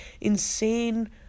insane